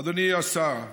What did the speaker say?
אדוני השר,